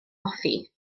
hoffi